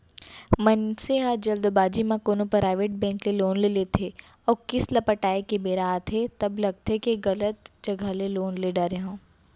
मनसे ह जल्दबाजी म कोनो पराइबेट बेंक ले लोन ले लेथे अउ किस्त ल पटाए के बेरा आथे तब लगथे के गलत जघा ले लोन ले डारे हँव